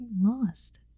lost